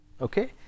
Okay